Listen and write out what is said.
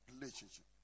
relationship